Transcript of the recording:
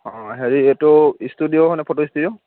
হেৰি এইটো ষ্টুডিঅ' হয় নে ফ'টো ষ্টুডিঅ'